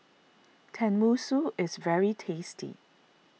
Tenmusu is very tasty